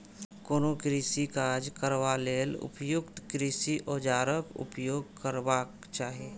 कोनो कृषि काज करबा लेल उपयुक्त कृषि औजारक उपयोग करबाक चाही